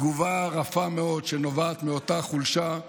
תגובה רפה מאוד, שנובעת מאותה חולשה.